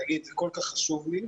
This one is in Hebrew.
להגיד זה כל כך חשוב לי,